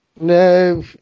No